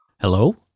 Hello